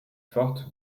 forte